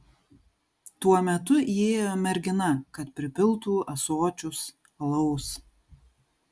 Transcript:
tuo metu įėjo mergina kad pripiltų ąsočius alaus